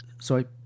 Sorry